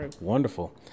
Wonderful